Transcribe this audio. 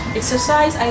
exercise